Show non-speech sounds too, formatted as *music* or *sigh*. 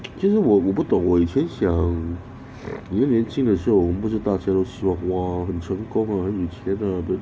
*noise* 其实我我不懂我以前想以前年轻的时候我们不是大学都想哇很成功啊很有钱